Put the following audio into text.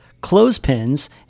clothespins